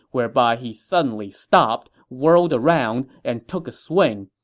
whereby he suddenly stopped, whirled around, and took a swing.